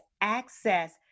access